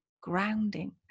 grounding